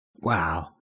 Wow